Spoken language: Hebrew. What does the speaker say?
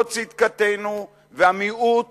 זאת צדקתנו, והמיעוט